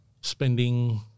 Spending